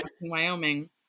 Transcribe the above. Wyoming